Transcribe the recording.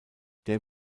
der